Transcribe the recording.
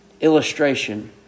illustration